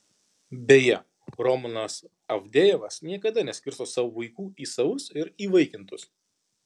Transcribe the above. beje romanas avdejevas niekada neskirsto savo vaikų į savus ir įvaikintus